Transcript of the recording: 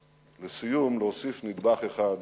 לסיום, להוסיף נדבך אחד.